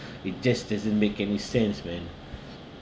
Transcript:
it just doesn't make any sense man